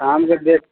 काम जे देख